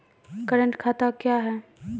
Current खाता क्या हैं?